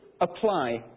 apply